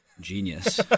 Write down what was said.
genius